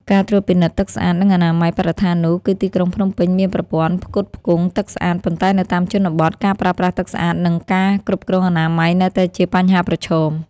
ការត្រួតពិនិត្យទឹកស្អាត និងអនាម័យបរិស្ថាននោះ គឺទីក្រុងភ្នំពេញមានប្រព័ន្ធផ្គត់ផ្គង់ទឹកស្អាត ប៉ុន្តែនៅតាមជនបទ ការប្រើប្រាស់ទឹកស្អាត និងការគ្រប់គ្រងអនាម័យនៅតែជាបញ្ហាប្រឈម។